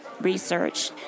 research